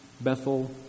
Bethel